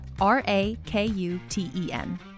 R-A-K-U-T-E-N